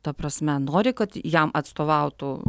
ta prasme nori kad jam atstovautų